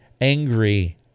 angry